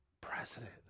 president